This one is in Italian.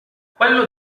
quello